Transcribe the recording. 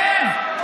שב.